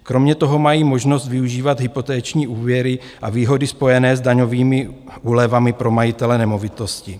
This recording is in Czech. Kromě toho mají možnost využívat hypoteční úvěry a výhody spojené s daňovými úlevami pro majitele nemovitosti.